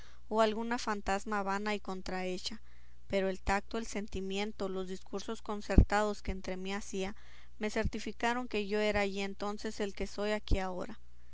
o alguna fantasma vana y contrahecha pero el tacto el sentimiento los discursos concertados que entre mí hacía me certificaron que yo era allí entonces el que soy aquí ahora